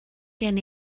gen